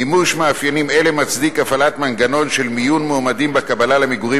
מימוש מאפיינים אלה מצדיק הפעלת מנגנון של מיון מועמדים בקבלה למגורים